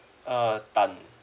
uh tan